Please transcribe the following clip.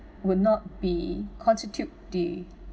would not be constitute they